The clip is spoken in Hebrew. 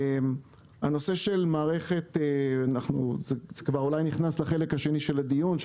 זה אולי נכנס לחלק השני של הדיון,